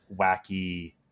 wacky